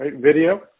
video